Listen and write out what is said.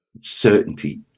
certainty